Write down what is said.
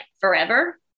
forever